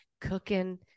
cooking